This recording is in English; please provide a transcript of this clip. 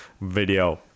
video